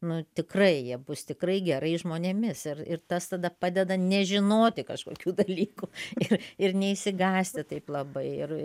nu tikrai jie bus tikrai gerais žmonėmis ir tas tada padeda nežinoti kažkokių dalykų ir ir neišsigąsti taip labai ir